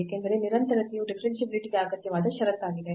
ಏಕೆಂದರೆ ನಿರಂತರತೆಯು ಡಿಫರೆನ್ಷಿಯಾಬಿಲಿಟಿ ಗೆ ಅಗತ್ಯವಾದ ಷರತ್ತಾಗಿದೆ